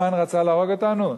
המן רצה להרוג אותנו?